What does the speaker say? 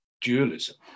dualism